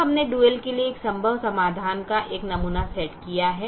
अब हमने डुअल के लिए संभव समाधान का एक नमूना सेट दिया है